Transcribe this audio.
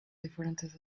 diferentes